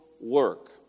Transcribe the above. work